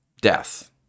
death